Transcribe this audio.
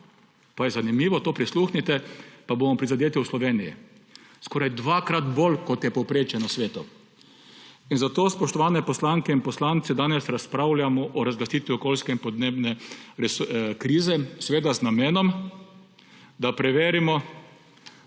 pa je zanimivo to, prisluhnite, da bomo prizadeti v Sloveniji skoraj dvakrat bolj, kot je povprečje na svetu. In zato, spoštovane poslanke in poslanci, danes razpravljamo o razglasitvi okoljske in podnebne krize, seveda z namenom, da preverimo, ali bomo